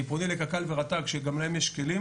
אני פונה לקק"ל ורט"ג שגם להם יש כלים